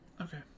Okay